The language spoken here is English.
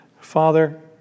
Father